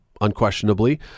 unquestionably